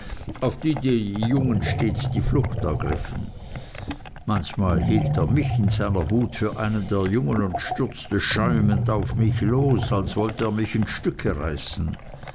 auf die die jungen stets die flucht ergriffen manchmal hielt er mich in seiner wut für einen der jungen und stürzte schäumend auf mich los als wollte er mich in stücke reißen